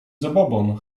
zabobon